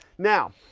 now,